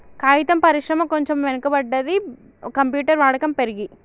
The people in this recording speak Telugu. కాగితం పరిశ్రమ కొంచెం వెనక పడ్డది, కంప్యూటర్ వాడకం పెరిగి